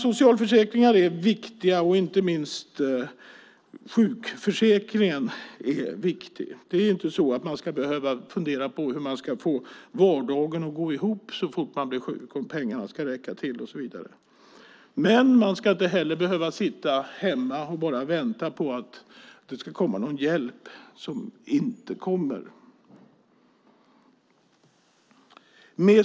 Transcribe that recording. Socialförsäkringar är viktiga, och inte minst sjukförsäkringen är viktig. Man ska inte behöva fundera på hur man ska få vardagen att gå ihop och pengarna att räcka till så fort man blir sjuk. Men man ska inte heller behöva sitta hemma och bara vänta på att det ska komma någon hjälp som inte kommer.